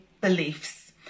beliefs